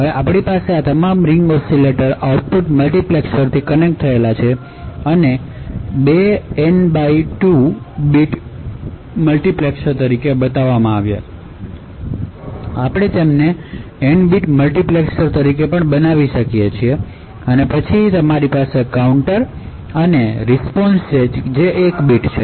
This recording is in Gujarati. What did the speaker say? હવે આપણી પાસે આ તમામ રીંગ ઓસિલેટર આઉટપુટ મલ્ટીપ્લેક્સર્સથી કનેક્ટ થયેલ છે આને બે N બાય 2 બીટ મલ્ટિપ્લેક્સર્સ તરીકે બતાવવામાં આવ્યું છે આપણે તેમને N બીટ મલ્ટિપ્લેક્સર્સ તરીકે પણ કરી શકીએ છીએ અને પછી તમારી પાસે કાઉન્ટર્સ અને રીસ્પોન્શ છે જે 1 બીટ છે